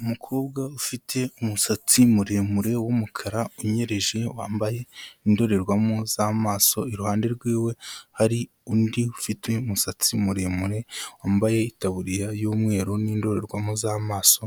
Umukobwa ufite umusatsi muremure w'umukara unyereje wambaye indorerwamo z'amaso iruhande rwiwe hari undi ufite umusatsi muremure wambaye itaburiya y'umweru n'indorerwamo z'amaso